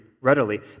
readily